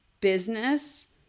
business